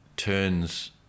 turns